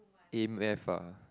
add math ah